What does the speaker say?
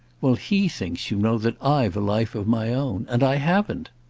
well, he thinks, you know, that i've a life of my own. and i haven't!